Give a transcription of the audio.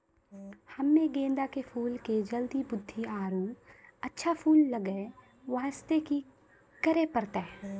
हम्मे गेंदा के फूल के जल्दी बृद्धि आरु अच्छा फूल लगय वास्ते की करे परतै?